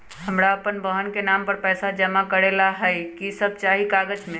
हमरा अपन बहन के नाम पर पैसा जमा करे ला कि सब चाहि कागज मे?